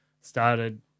started